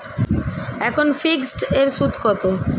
এখন ফিকসড এর সুদ কত?